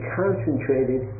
concentrated